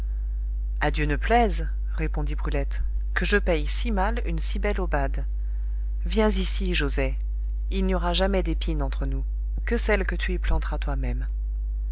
dieu ne plaise répondit brulette que je paye si mal une si belle aubade viens ici joset il n'y aura jamais d'épines entre nous que celles que tu y planteras toi-même